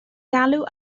galw